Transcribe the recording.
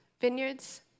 vineyards